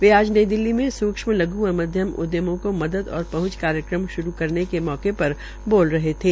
वे आज नई दिल्ली में सूक्ष्म लघु व मध्यम उद्यमो की मदद और पहंच कार्यक्रम श्रू करने के मौके पर बोल रहे थे